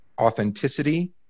authenticity